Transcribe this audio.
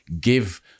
give